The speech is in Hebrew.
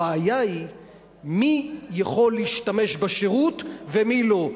הבעיה היא מי יכול להשתמש בשירות ומי לא.